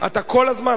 אתה כל הזמן.